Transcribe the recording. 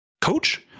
coach